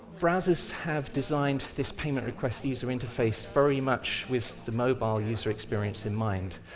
browsers have designed this payment request user interface very much with the mobile user experience in mind.